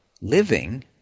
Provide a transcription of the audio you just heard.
living